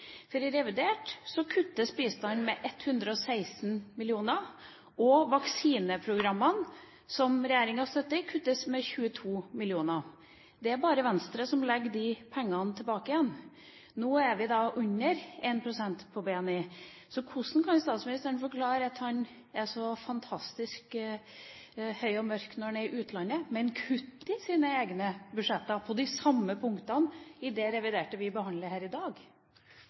I revidert budsjett kuttes bistanden med 116 mill. kr, og vaksineprogrammene som regjeringen støtter, kuttes med 22 mill. kr. Det er bare Venstre som legger de pengene tilbake igjen. Nå er vi da under 1 pst. av BNI. Hvordan kan statsministeren forklare at han er så fantastisk høy og mørk når han er i utlandet, men kutter i sine egne budsjetter på de samme punktene i det reviderte budsjettet vi behandler her i dag?